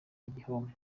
gihome